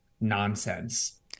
nonsense